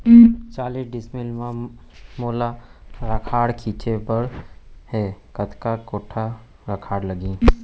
चालीस डिसमिल म मोला राखड़ छिंचे बर हे कतका काठा राखड़ लागही?